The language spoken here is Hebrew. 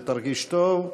תרגיש טוב.